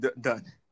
done